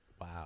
Wow